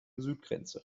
südgrenze